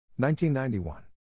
1991